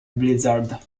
blizzard